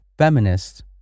feminists